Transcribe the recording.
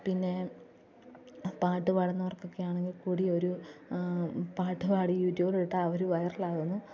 പിന്നെ പാട്ടു പാടുന്നവര്ക്കൊക്കെ ആണെങ്കിൽക്കൂടി ഒരു പാട്ടു പാടി യൂട്യൂബിലിട്ടാൽ അവർ വൈറലാകുന്നു